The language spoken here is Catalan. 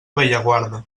bellaguarda